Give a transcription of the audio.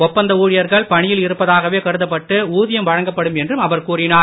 ஒப்பந்த ஊழியர்கள் பணியில் இருப்பதாகவே கருதப்பட்டு ஊதியம் வழங்கப்படும் என்றும் அவர் கூறினார்